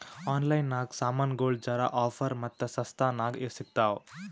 online ನಾಗ್ ಸಾಮಾನ್ಗೊಳ್ ಜರಾ ಆಫರ್ ಮತ್ತ ಸಸ್ತಾ ನಾಗ್ ಸಿಗ್ತಾವ್